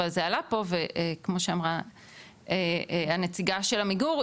אבל זה עלה פה וכמו שאמרה הנציגה של עמיגור,